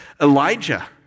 Elijah